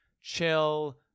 chill